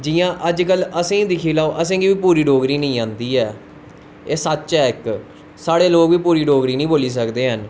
जियां अज कल असेंगी दिक्खी लैओ असें गी पूरी डोगरी नेंई आंदी ऐ एह् सचऐ इक साढ़े लोग बी पूरी डोगरी नी बोली सकदे हैन